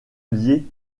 liées